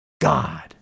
God